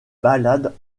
balades